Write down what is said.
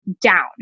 down